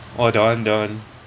oh that [one] that [one]